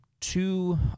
two